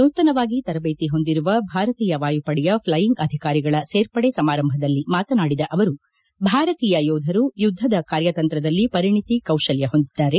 ನೂತನವಾಗಿ ತರಬೇತಿ ಹೊಂದಿರುವ ಭಾರತೀಯ ವಾಯುಪಡೆಯ ಫ್ಲೈಯಿಂಗ್ ಅಧಿಕಾರಿಗಳ ಸೇರ್ಪಡೆ ಸಮಾರಂಭದಲ್ಲಿ ಮಾತನಾಡಿದ ಅವರು ಭಾರತೀಯ ಯೋಧರು ಯುದ್ದದ ಕಾರ್ಯತಂತ್ರದಲ್ಲಿ ಪರಿಣಿತಿ ಕೌಶಲ್ತ ಹೊಂದಿದ್ದಾರೆ